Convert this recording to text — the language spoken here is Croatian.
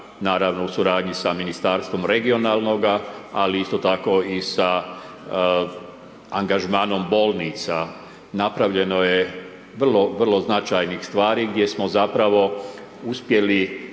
naravno u suradnji sa Ministarstvom regionalnoga, ali isto tako i sa angažmanom bolnica napravljeno je vrlo značajnih stvari gdje smo zapravo uspjeli